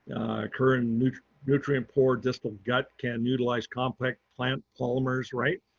current nutrient nutrient poor distal gut can utilize complex plant polymers right,